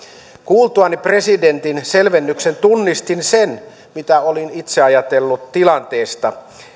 kuultuani presidentin selvennyksen tunnistin sen mitä olin itse ajatellut tilanteesta